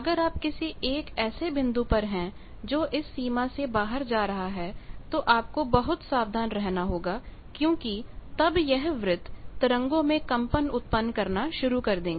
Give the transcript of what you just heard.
अगर आप किसी एक ऐसे बिंदु पर हैं जो इस सीमा से बाहर जा रहा है तो आपको बहुत सावधान रहना होगा क्योंकि तब यह व्रत तरंगों में कंपन उत्पन्न करना शुरु कर देंगे